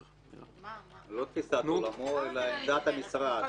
זה לא תפיסת עולמו אלא את עמדת המשרד.